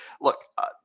Look